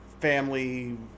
family